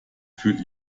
fühle